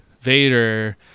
Vader